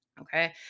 okay